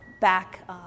back